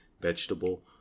vegetable